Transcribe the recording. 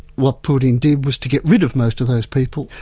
what putin did was to get rid of most of those people,